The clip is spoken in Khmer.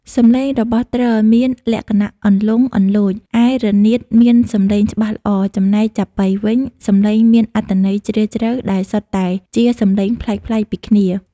សំឡេងរបស់ទ្រមានលក្ខណៈលន្លង់លន្លោច ឯរនាតមានសំឡេងច្បាស់ល្អ ចំណែកចាប៉ីវិញ សំឡេងមានអត្ថន័យជ្រាលជ្រៅ ដែលសុទ្ធតែជាសំឡេងប្លែកៗពីគ្នា។